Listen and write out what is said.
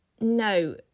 No